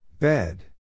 Bed